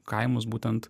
kaimus būtent